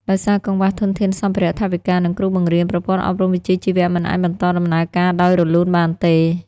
ដោយសារកង្វះធនធានសម្ភារៈ ថវិកា និងគ្រូបង្រៀន ប្រព័ន្ធអប់រំវិជ្ជាជីវៈមិនអាចបន្តដំណើរការដោយរលូនបានទេ។